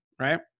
right